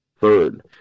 third